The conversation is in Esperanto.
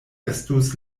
estus